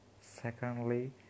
Secondly